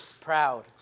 Proud